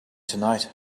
tonight